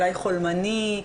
אולי חולמני,